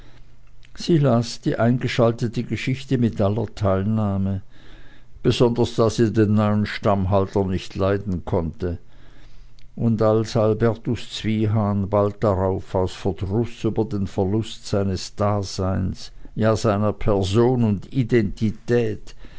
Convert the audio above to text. sie las die eingeschaltete geschichte mit aller teilnahme besonders da sie den neuen stammhalter nicht leiden konnte und als albertus zwiehan bald darauf aus verdruß über den verlust seines daseins ja seiner person und identität